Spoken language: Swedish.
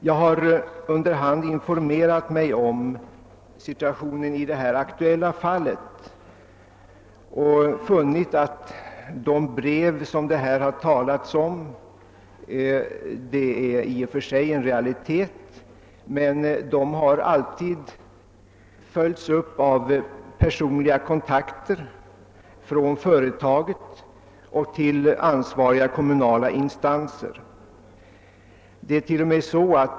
Jag har under hand informerat mig om situationen i det aktuella fallet och funnit att de brev, som det har talats om, i och för sig är en realitet, men de har alltid följts upp av personliga kontakter mel lan företaget, representanter för dess ledning och ansvariga kommunala instanser.